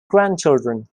grandchildren